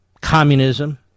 communism